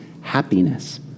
happiness